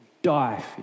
Die